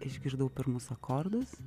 išgirdau pirmus akordus